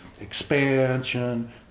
expansion